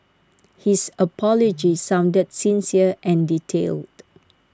his apology sounded sincere and detailed